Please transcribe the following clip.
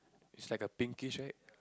is like a pinkish right